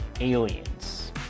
aliens